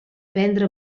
prendre